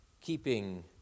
keeping